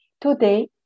Today